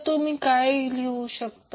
तर तुम्ही काय लिहू शकता